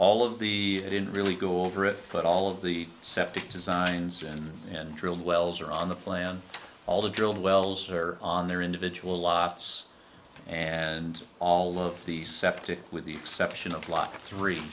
all of the i didn't really go over it but all of the septic designs in and drilled wells are on the plan all the drilled wells are on their individual lots and all of the septic with the exception of lot three